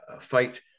fight